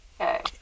Okay